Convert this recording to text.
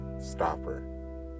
stopper